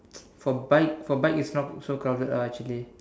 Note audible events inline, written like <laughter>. <noise> for bike for bike it's not so crowded ah actually